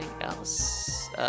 else